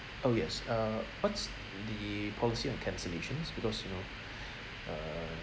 oh yes uh what's the policy on cancellations because you know err